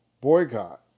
boycott